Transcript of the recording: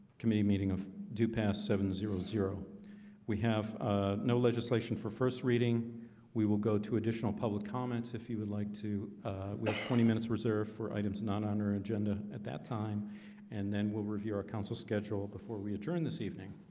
committee meeting of do pass seven zero zero we have ah no legislation for first reading we will go to additional public comments if you would like to with twenty minutes reserved for items not on our agenda at that time and then we'll review our council schedule before we adjourn this evening.